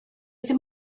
ddim